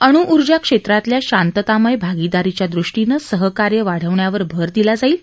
अणू उर्जा क्षेत्रातल्या शांततामय भागिदारीच्यादृष्टनं सहकार्य वाढवण्यावर भर दिला जाईल